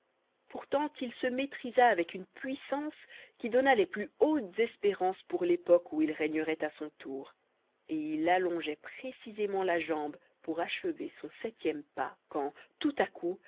pourtant il se maîtrisa avec une puissance qui donna les plus hautes espérances pour l'époque où il régnerait à son tour et il allongeait précisément la jambe pour achever son septième pas quand tout à coup